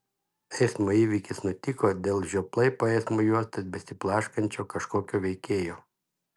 eismo įvykis nutiko dėl žioplai po eismo juostas besiblaškančio kažkokio veikėjo